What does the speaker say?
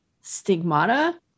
stigmata